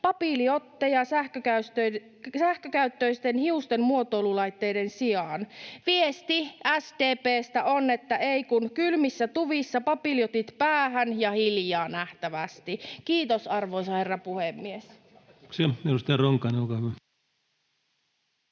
papiljotteja sähkökäyttöisten hiusten muotoilulaitteiden sijaan. Viesti SDP:stä on, että ei kun kylmissä tuvissa papiljotit päähän ja hiljaa, nähtävästi. — Kiitos, arvoisa herra puhemies.